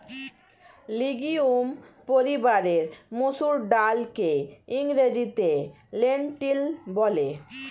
legume পরিবারের মুসুর ডালকে ইংরেজিতে লেন্টিল বলে